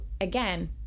again